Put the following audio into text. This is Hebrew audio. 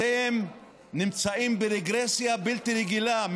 אתם נמצאים ברגרסיה בלתי רגילה,